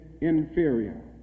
inferior